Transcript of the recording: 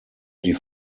die